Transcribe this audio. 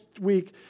week